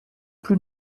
plus